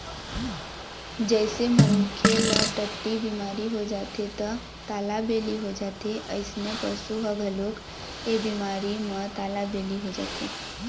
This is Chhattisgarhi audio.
जइसे मनखे ल टट्टी बिमारी हो जाथे त तालाबेली हो जाथे अइसने पशु ह घलोक ए बिमारी म तालाबेली हो जाथे